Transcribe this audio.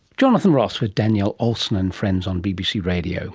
jonathan ross with danielle olsen and friends on bbc radio